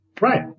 Right